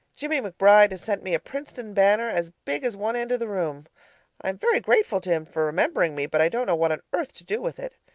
jimmie mcbride has sent me a princeton banner as big as one end of the room i am very grateful to him for remembering me, but i don't know what on earth to do with it.